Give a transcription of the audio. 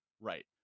Right